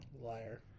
Liar